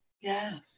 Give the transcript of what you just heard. Yes